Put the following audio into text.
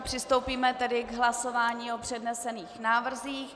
Přistoupíme tedy k hlasování o přednesených návrzích.